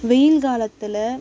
வெயில் காலத்தில்